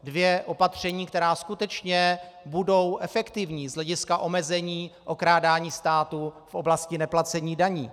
Dvě opatření, která skutečně budou efektivní z hlediska omezení okrádání státu v oblasti neplacení daní.